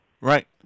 Right